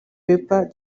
pepper